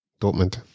Dortmund